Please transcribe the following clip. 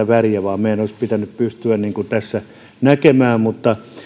väriä vaan meidän olisi pitänyt pystyä tässä näkemään mutta